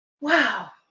Wow